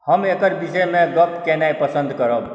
हम एकर विषयमे गप केनाइ पसन्द करब